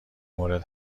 مورد